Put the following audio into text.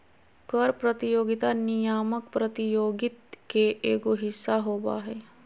कर प्रतियोगिता नियामक प्रतियोगित के एगो हिस्सा होबा हइ